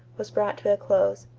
was brought to a close.